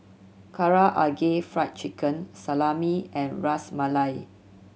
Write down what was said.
Karaage Fried Chicken Salami and Ras Malai